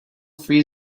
free